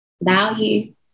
value